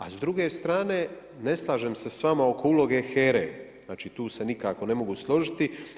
A s druge strane ne slažem se s vama oko uloge HERA-e, znači tu se nikako ne mogu složiti.